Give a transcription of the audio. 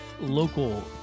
local